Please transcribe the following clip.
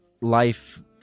life